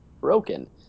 broken